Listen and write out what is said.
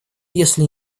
если